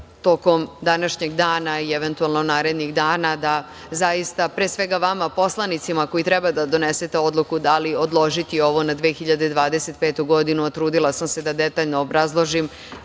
tokom današnjeg dana i eventualno narednih dana da zaista, pre svega vama poslanicima koji treba da donesete odluku da li odložiti ovo na 2025. godinu, a trudila sam se da detaljno obrazložim